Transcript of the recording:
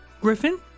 Griffin